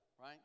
right